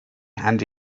and